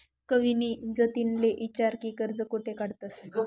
कविनी जतिनले ईचारं की कर्ज कोठे काढतंस